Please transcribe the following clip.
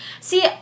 see